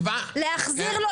להחזיר,